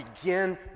begin